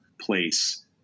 place